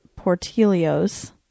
Portilio's